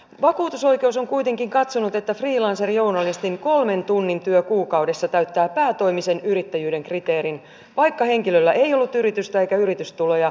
vakuutusoikeus on kuitenkin katsonut että freelancejournalistin kolmen tunnin työ kuukaudessa täyttää päätoimisen yrittäjyyden kriteerin vaikka henkilöllä ei ollut yritystä eikä yritystuloja